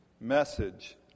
message